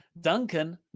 Duncan